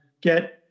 get